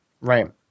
Right